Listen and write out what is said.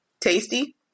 Tasty